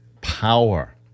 power